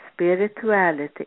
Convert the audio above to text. Spirituality